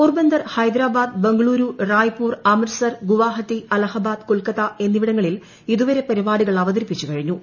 പോർബന്ദർ ഹൈദരാബാദ് ബംഗളൂരു റായ്പൂർ അമൃത്സർ ഗുവാഹട്ടി അലഹബാദ് കൊൽക്കത്ത എന്നിവിടങ്ങളിൽ ഇതുവരെ പരിപാടികൾ അവതരിപ്പിച്ചു കഴിഞ്ഞു